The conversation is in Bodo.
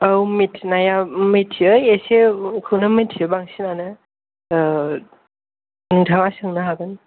औ मिथिनाया मिथियो एसेखौनो मिथियो बांसिनानो नोंथाङा सोंनो हागोन